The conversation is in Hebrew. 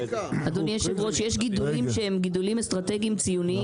יש גידולים שהם גידולים אסטרטגיים ציוניים,